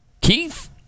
Keith